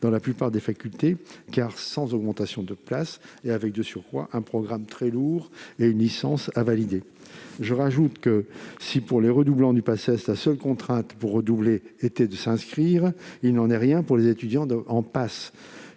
dans la plupart des facultés, sans augmentation du nombre de places et avec de surcroît un programme très lourd et une licence à valider. En outre, si, pour les redoublants de la Paces, la seule contrainte pour redoubler était de s'inscrire, il n'en est rien pour les étudiants en PASS